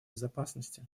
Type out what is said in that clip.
безопасности